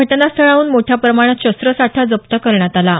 घटना स्थळाहून मोठ्या प्रमाणात शस्त्रसाठा जप्त करण्यात आला आहे